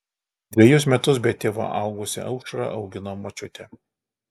dvejus metus be tėvo augusią aušrą augino močiutė